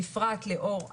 בפרט לאור,